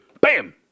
bam